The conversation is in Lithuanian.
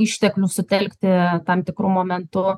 išteklių sutelkti tam tikru momentu